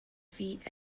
feet